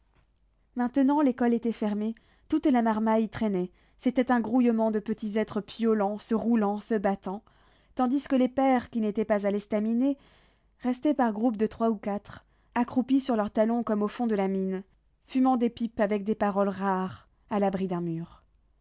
maintenant l'école était fermée toute la marmaille traînait c'était un grouillement de petits êtres piaulant se roulant se battant tandis que les pères qui n'étaient pas à l'estaminet restaient par groupes de trois ou quatre accroupis sur leurs talons comme au fond de la mine fumant des pipes avec des paroles rares à l'abri d'un mur